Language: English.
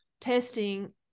testing